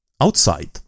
outside